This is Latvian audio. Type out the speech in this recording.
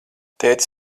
tētis